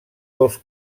dos